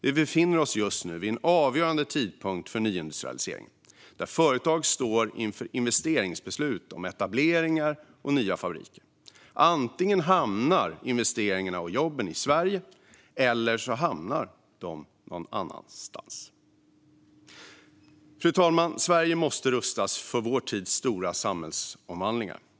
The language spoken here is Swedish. Vi befinner oss just nu vid en avgörande tidpunkt för nyindustrialiseringen där företag står inför investeringsbeslut om etableringar och nya fabriker. Antingen hamnar investeringarna och jobben i Sverige - eller så hamnar de någon annanstans. Fru talman! Sverige måste rustas för vår tids stora samhällsomvandlingar.